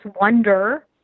wonder